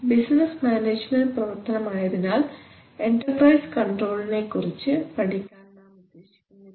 business management പ്രവർത്തനം ആയതിനാൽ enterprise കണ്ട്രോൾനെകുറിച്ച് പഠിക്കാൻ നാം ഉദ്ദേശിക്കുന്നില്ല